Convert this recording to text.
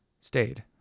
stayed